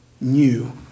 new